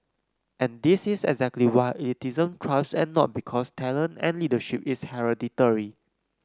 and this is exactly why elitism thrives and not because talent and leadership is hereditary